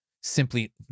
simply